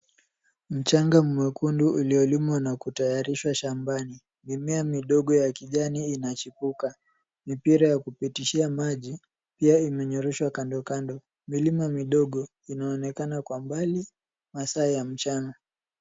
Mchanga mwekundu uliolimwa na kutayarishwa shambani. Mimea midogo ya kijani inachipuka. Mipira ya kupitishia maji, pia imenyoroshwa kando kando. Milima midogo, inaonekana kwa mbali, masaa ya mchana.